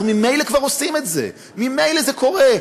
אנחנו כבר ממילא עושים את זה, ממילא זה קורה.